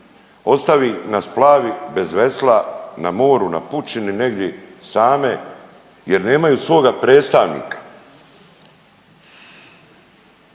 ostavi na splavi bez vesla na moru, na pučini negdje same jer nemaju svoga predstavnika.